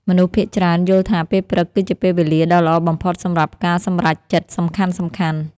មនុស្សភាគច្រើនយល់ថា ពេលព្រឹកគឺជាពេលវេលាដ៏ល្អបំផុតសម្រាប់ការសម្រេចចិត្តសំខាន់ៗ។